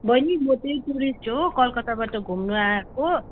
बहिनी म तै टुरिस्ट हो कलकताबाट घुम्नु आएको